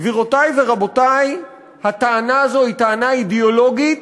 גבירותי ורבותי, הטענה הזאת היא טענה אידיאולוגית,